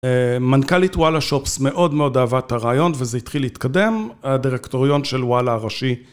מנכלית וואלה שופס מאוד מאוד אהבה את הרעיון וזה התחיל להתקדם, הדירקטוריון של וואלה הראשי.